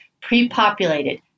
pre-populated